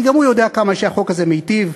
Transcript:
כי גם הוא יודע כמה שהחוק הזה מיטיב